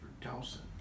Dawson